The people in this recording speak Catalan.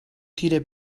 tire